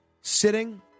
sitting